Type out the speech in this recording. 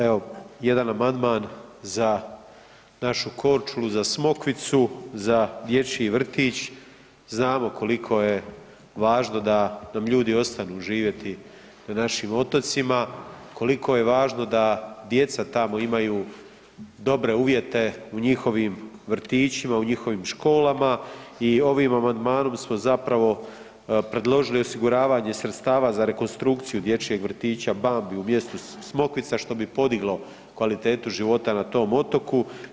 Evo, jedan amandman za našu Korčulu za Smokvicu, za dječji vrtić, znamo koliko je važno da nam ljudi ostanu živjeti na našim otocima, koliko je važno da djeca tamo imaju dobre uvjete u njihovim vrtićima, u njihovim školama i ovim amandmanom smo zapravo predložili osiguravanje sredstava za rekonstrukciju dječjeg vrtića Bambi u mjestu Smokvica što bi podiglo kvalitetu života na tom otoku.